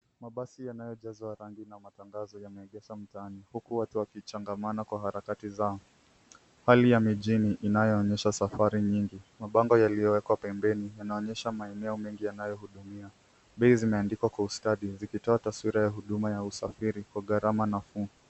Mabasi yanayojaza rangi na matangazo yameegesha mtaani huku watu wakichangamana kwa harakati zao. Hali ya mijini inayoonyesha safari nyingi. Mabango yaliyowekwa pembeni yanaonyesha maeneo mengi yanayohudumiwa. Bei zimeandikwa kwa ustadi zikitoa taswira ya huduma ya usafiri kwa gharama nafuu.